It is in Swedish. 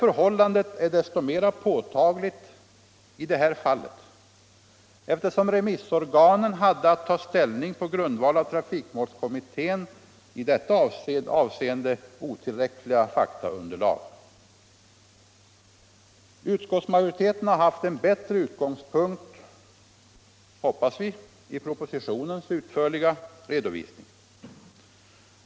Förhållandet är så mycket mer påtagligt i det här fallet, eftersom remissorganen hade att ta ställning på grundval av trafikmålskommitténs otillräckliga faktaunderlag. Utskottsmajoriteten har haft en bättre utgångspunkt — hoppas vi — genom propositionens utförliga redovisning.